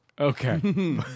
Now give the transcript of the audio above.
Okay